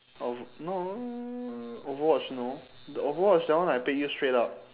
oh no overwatch no the overwatch that one I paid you straight up